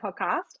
podcast